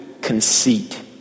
conceit